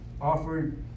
offered